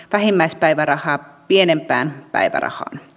vähimmäispäivärahaa pienempään päivärahaan